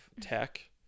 tech